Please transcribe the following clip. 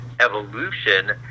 evolution